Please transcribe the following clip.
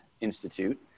Institute